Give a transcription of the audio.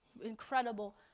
incredible